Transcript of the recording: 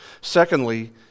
Secondly